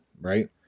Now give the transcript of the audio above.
right